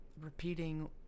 Repeating